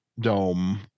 dome